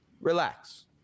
Relax